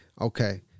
okay